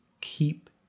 keep